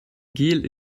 gel